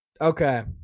Okay